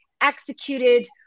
executed